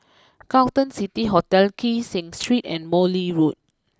Carlton City Hotel Kee Seng Street and Morley Road